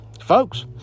Folks